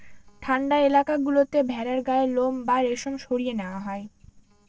ঠান্ডা এলাকা গুলোতে ভেড়ার গায়ের লোম বা রেশম সরিয়ে নেওয়া হয়